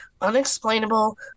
unexplainable